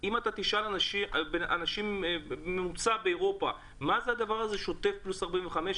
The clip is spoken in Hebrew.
אם תשאל אנשים באירופה מה זה שוטף פלוס 45,